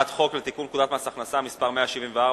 הצעת חוק לתיקון פקודת מס הכנסה (מס' 174,